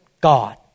God